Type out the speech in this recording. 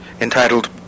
entitled